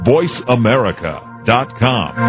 VoiceAmerica.com